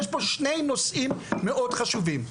יש פה שני נושאים מאוד חשובים.